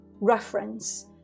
reference